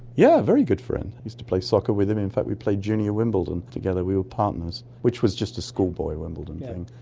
yeah very good friend. i used to play soccer with him, in fact we played junior wimbledon together, we were partners, which was just a schoolboy wimbledon thing